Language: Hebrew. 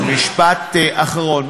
משפט אחרון.